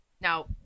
Now